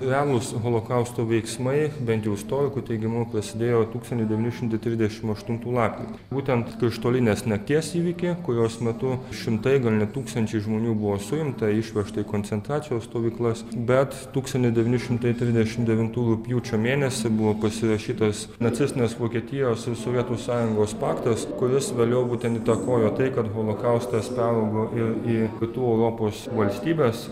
realūs holokausto veiksmai bent jau istorikų teigimu prasidėjo tūkstantis devyni šimtai trisdešim aštuntų lapkritį būtent krištolinės nakties įvykiai kurios metu šimtai gal net tūkstančiai žmonių buvo suimta išvežta į koncentracijos stovyklas bet tūkstantis devyni šimtai trisdešimt devintų rugpjūčio mėnesį buvo pasirašytas nacistinės vokietijos ir sovietų sąjungos paktas kuris vėliau būtent įtakojo tai kad holokaustas peraugo ir į kitų europos valstybes